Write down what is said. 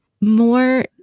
more